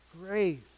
Grace